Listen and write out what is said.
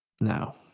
No